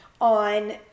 on